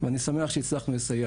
ואני שמח שהצלחנו לסייע.